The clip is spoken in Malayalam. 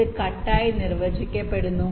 ഇത് കട്ട് ആയി നിർവചിക്കപ്പെടുന്നു